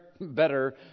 Better